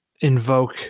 invoke